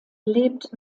lebt